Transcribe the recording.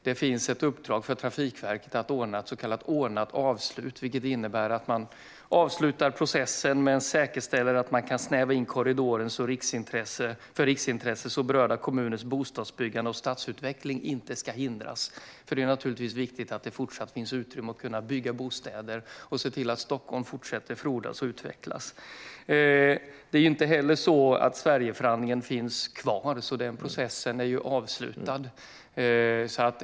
Det finns ett uppdrag till Trafikverket att ordna ett så kallat ordnat avslut, vilket innebär att man avslutar processen men säkerställer att man kan snäva in korridoren för riksintressen, så att berörda kommuners bostadsbyggande och stadsutveckling inte hindras. Det är naturligtvis viktigt att det fortsatt finns utrymme för att bygga bostäder och se till att Stockholm fortsätter att frodas och utvecklas. Det är inte heller så att Sverigeförhandlingen finns kvar. Den processen är avslutad.